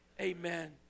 Amen